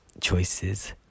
choices